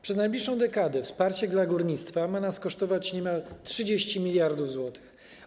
Przez najbliższą dekadę wsparcie górnictwa ma nas kosztować niemal 30 mld zł.